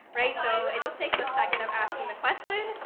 right? so it just takes a second of asking the question,